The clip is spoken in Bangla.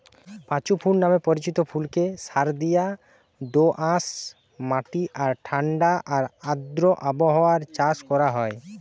পাঁচু ফুল নামে পরিচিত ফুলকে সারদিয়া দোআঁশ মাটি আর ঠাণ্ডা আর আর্দ্র আবহাওয়ায় চাষ করা হয়